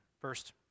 First